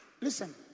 Listen